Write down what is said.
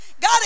God